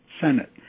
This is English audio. Senate